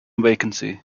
vacancy